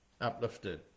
uplifted